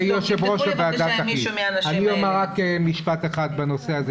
אני אומר רק משפט אחד בנושא הזה.